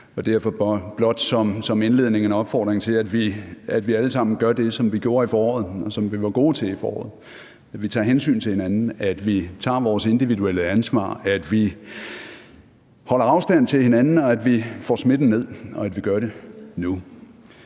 Derfor vil jeg blot som indledning komme med en opfordring til, at vi alle sammen gør det, som vi gjorde i foråret, og som vi var gode til i foråret: at vi tager hensyn til hinanden, at vi tager vores individuelle ansvar, at vi holder afstand til hinanden, og at vi får smitten ned – og at vi gør det nu.